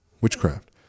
Witchcraft